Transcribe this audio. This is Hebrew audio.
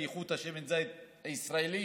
כי איכות שמן הזית הישראלי